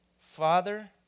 Father